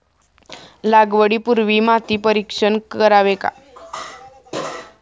लागवडी पूर्वी माती परीक्षण करावे का?